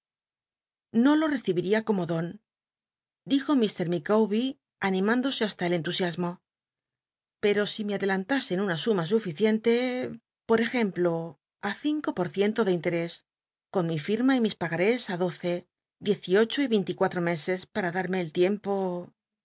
no lo recibiria como don dijo mt ilicawber animándose hasta el entusiasmo pero si me adelantasen una suma suficiente por ejemplo á cinco por ciento de inter és con mi fi rma y mis pagarés ri doce diez y ocho y veint icuatro meses a a darme el tiempo